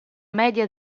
media